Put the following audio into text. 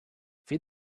feed